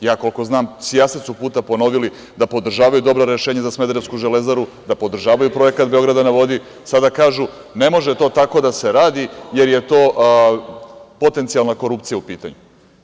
Ja, koliko znam, sijaset puta su ponovili da podržavaju dobra rešenja za smederevsku "Železaru", da podržavaju projekat "Beograda na vodi", a sada kažu da ne može to tako da se radi, jer je to potencijalna korupcija u pitanju.